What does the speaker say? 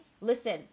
listen